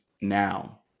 now